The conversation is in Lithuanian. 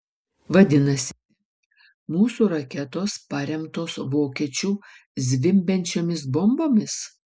vadinasi mūsų raketos paremtos vokiečių zvimbiančiomis bombomis